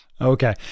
Okay